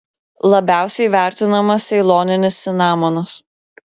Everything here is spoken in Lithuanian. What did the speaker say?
labiausiai vertinamas ceiloninis cinamonas